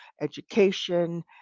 education